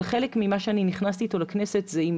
אבל חלק ממה שנכנסתי איתו לכנסת זה עם